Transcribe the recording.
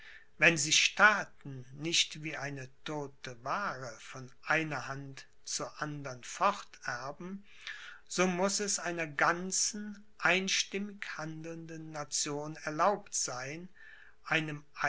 wenn sich staaten nicht wie eine todte waare von einer hand zur andern forterben so muß es einer ganzen einstimmig handelnden nation erlaubt sein einem